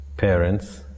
parents